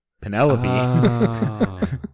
penelope